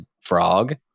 frog